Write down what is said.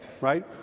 right